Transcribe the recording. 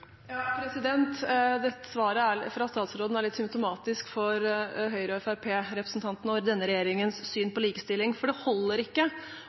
Dette svaret fra statsråden er litt symptomatisk for Høyre- og Fremskrittsparti-representantenes og denne regjeringens syn på likestilling. Det holder ikke